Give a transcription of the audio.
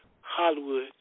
Hollywood